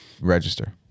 register